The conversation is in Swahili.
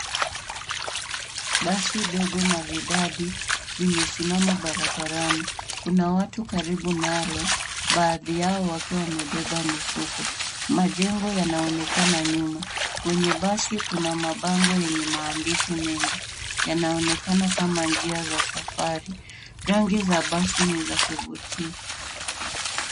Basi dogo maridadi limesimama barabarani. Kuna watu karibu nalo, baadhi yao wakiwa wamebeba mifuko. Majengo yanaonekana nyuma. Kwenye basi kuna mabango yenye maandishi mengi yanayoonekana kama njia ya safari. Rangi kwenye basi ni ya kuvutia.